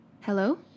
Hello